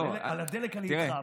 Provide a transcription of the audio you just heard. תראה, על הדלק, אני איתך.